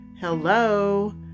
Hello